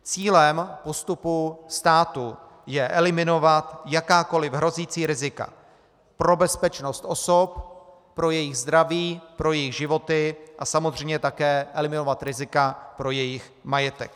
Cílem postupu státu je eliminovat jakákoliv hrozící rizika pro bezpečnost osob, pro jejich zdraví, pro jejich životy a samozřejmě také eliminovat rizika pro jejich majetek.